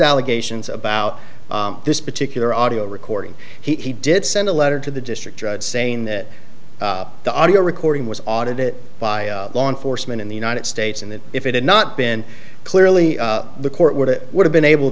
allegations about this particular audio recording he did send a letter to the district judge saying that the audio recording was audited by law enforcement in the united states and that if it had not been clearly the court would it would have been able